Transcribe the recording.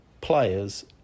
players